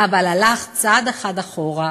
אבל הלך צעד אחד אחורה,